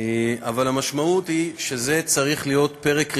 אבל המשמעות היא שזה צריך להיות פרק ראשון,